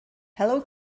hello